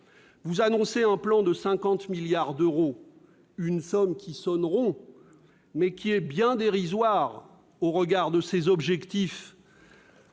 Vous annoncez un plan de 50 milliards d'euros, une somme qui sonne rond, mais qui est bien dérisoire au regard des enjeux